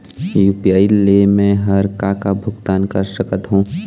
UPI ले मे हर का का भुगतान कर सकत हो?